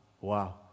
Wow